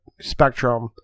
spectrum